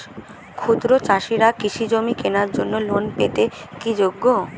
ক্ষুদ্র চাষিরা কৃষিজমি কেনার জন্য লোন পেতে কি যোগ্য?